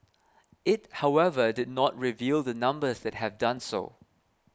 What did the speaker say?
it however did not reveal the numbers that have done so